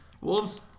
Wolves